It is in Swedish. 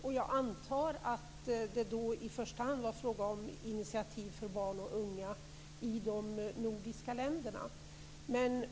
Jag antar att det då i första hand var fråga om initiativ för barn och unga i de nordiska länderna.